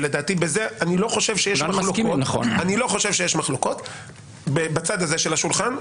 ולדעתי בזה אני לא חושב שיש מחלוקות בצד הזה של השולחן,